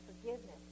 forgiveness